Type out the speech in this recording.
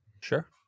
Sure